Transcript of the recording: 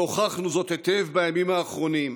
והוכחנו זאת היטב בימים האחרונים.